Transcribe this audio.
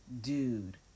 dude